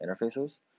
interfaces